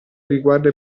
riguarda